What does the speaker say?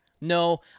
No